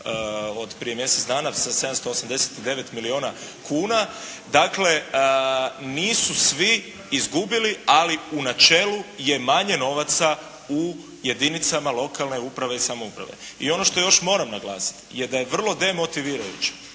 od prije mjesec dana sa 789 milijuna kuna. Dakle, nisu svi izgubili ali u načelu je manje novaca u jedinicama lokalne uprave i samouprave. I ono što još moram naglasiti je da je vrlo demotivirajuće